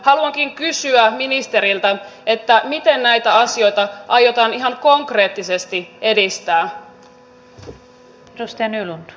haluankin kysyä ministeriltä miten näitä asioita aiotaan ihan konkreettisesti edistää